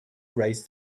raise